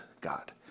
God